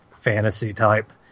fantasy-type